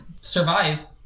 survive